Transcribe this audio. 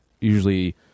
usually